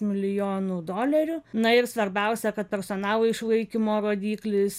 milijonų dolerių na ir svarbiausia kad personalo išlaikymo rodiklis